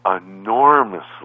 enormously